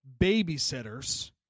babysitters